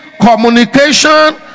communication